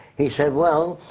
he said well,